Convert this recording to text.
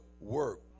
work